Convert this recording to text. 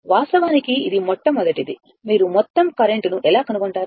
వాస్తవానికి ఇది మొట్టమొదటిది మీరు మొత్తం కరెంట్ను ఎలా కనుగొంటారు